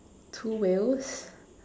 two wheels